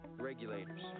Regulators